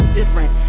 different